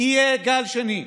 יהיה גל שני,